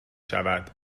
شود